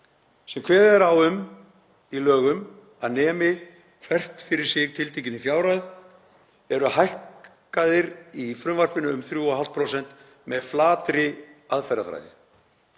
sem kveðið er á um í lögum að nemi hvert fyrir sig tiltekinni fjárhæð, eru hækkaðir í frumvarpinu um 3,5% með flatri aðferðafræði.